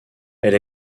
elle